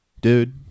Dude